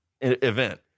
Event